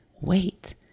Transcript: wait